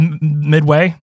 Midway